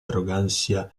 arrogancia